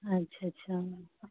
अच्छा अच्छा